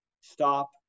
Stop